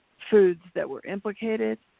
foods that were implicated,